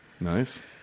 Nice